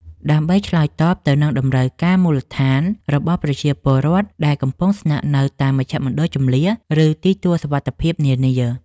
ដើម្បីឆ្លើយតបទៅនឹងតម្រូវការមូលដ្ឋានរបស់ប្រជាពលរដ្ឋដែលកំពុងស្នាក់នៅតាមមជ្ឈមណ្ឌលជម្លៀស ឬទីទួលសុវត្ថិភាពនានា។